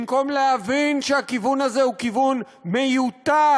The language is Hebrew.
במקום להבין שהכיוון הזה הוא מיותר,